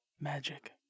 magic